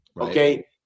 Okay